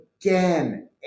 again